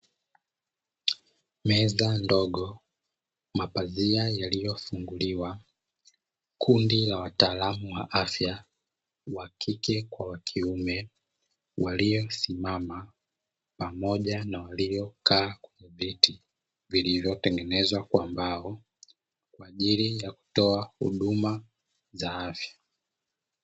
Meza ndogo, mapazia yaliyofunguliwa, kundi la wataalamu wa afya wakike kwa wakiume waliosimama pamoja na waliokaa kwenye viti vilivyotegenezwa kwa mbao, kwaajili ya kutoa huduma za afya.